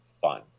fun